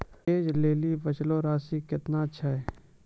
ऐज लेली बचलो राशि केतना छै?